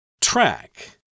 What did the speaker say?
Track